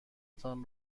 تان